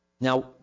Now